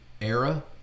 era